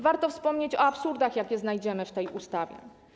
Warto wspomnieć o absurdach, jakie znajdziemy w tej ustawie.